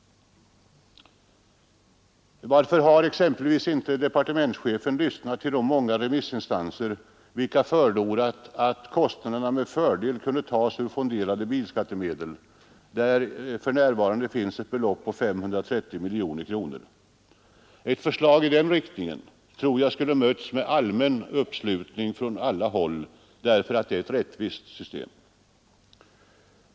Varför har exempelvis inte departementschefen lyssnat till de många vilka förordat att kostnaderna med fördel kunde tagas ur ttemedel, där det för närvarande finns ett belopp av 530 miljoner kronor? Ett förslag i den riktningen tror jag skulle ha mötts med allmän uppslutning därför att det är ett rättvist system.